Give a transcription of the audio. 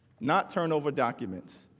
not turnover documents.